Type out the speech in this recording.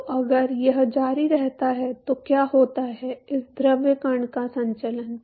तो अगर यह जारी रहता है तो क्या होता है इस द्रव कण का संचलन